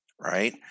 right